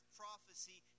prophecy